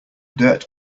dirt